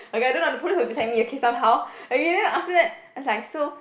okay I don't know the police were beside me okay somehow okay then after that I was like so